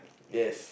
yes